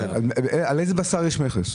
על איזה בשר יש מכס?